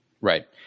Right